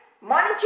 money